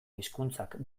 hizkuntzak